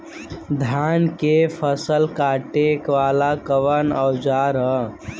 धान के फसल कांटे वाला कवन औजार ह?